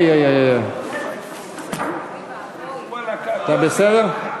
אתה בסדר?